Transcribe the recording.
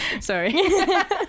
Sorry